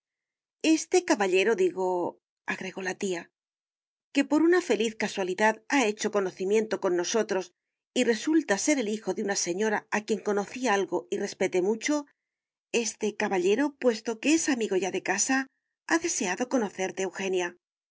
este caballero digoagregó la tía que por una feliz casualidad ha hecho conocimiento con nosotros y resulta ser el hijo de una señora a quien conocí algo y respeté mucho este caballero puesto que es amigo ya de casa ha deseado conocerte eugenia